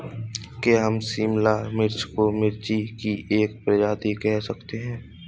क्या हम शिमला मिर्च को मिर्ची की एक प्रजाति कह सकते हैं?